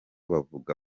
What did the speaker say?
bavuga